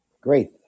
Great